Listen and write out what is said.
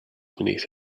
beneath